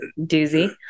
doozy